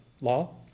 law